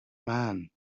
man